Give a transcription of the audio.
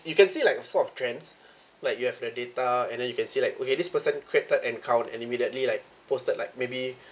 you can say like a sort of trends like you have the data and then you can say like okay this person created an account and immediately like posted like maybe